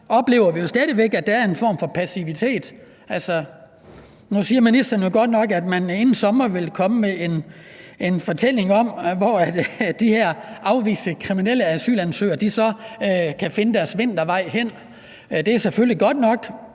oplever vi jo stadig væk, at der er en form for passivitet. Nu siger ministeren godt nok, at man inden sommer vil komme med en fortælling om, hvor de her afviste kriminelle asylansøgere så kan finde deres vintervej hen. Det er selvfølgelig godt nok,